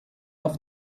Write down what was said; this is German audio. auf